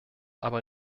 aber